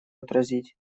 отразить